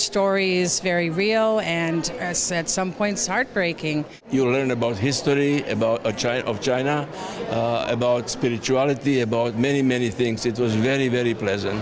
stories very real and set some points heartbreaking you learn about history about a child of china about spirituality about many many things it was a very very pleasant